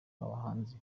abahanzi